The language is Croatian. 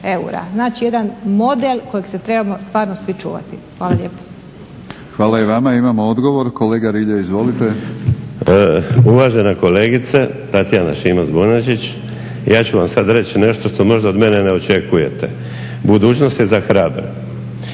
eura. Znači jedan model kojeg se trebamo stvarno svi čuvati. Hvala lijepo. **Batinić, Milorad (HNS)** Hvala i vama. Imamo odgovor, kolega Rilje izvolite. **Rilje, Damir (SDP)** Uvažena kolegica Tatjana Šimac-Bonačić, ja ću vam sad reći nešto što možda od mene ne očekujete. Budućnost je za hrabre.